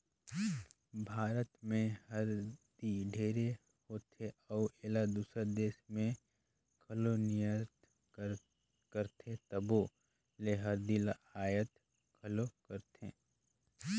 भारत में हरदी ढेरे होथे अउ एला दूसर देस में घलो निरयात करथे तबो ले हरदी ल अयात घलो करथें